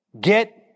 get